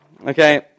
Okay